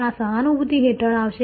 આ સહાનુભૂતિ હેઠળ આવશે